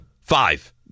Five